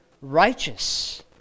righteous